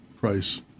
price